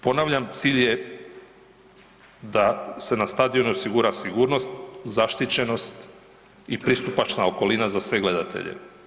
Ponavljam, cilj je da se na stadionu osigura sigurnost, zaštićenost i pristupačna okolina za sve gledatelje.